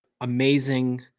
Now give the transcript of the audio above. amazing